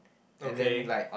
okay